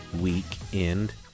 weekend